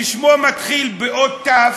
ששמו מתחיל באות תי"ו,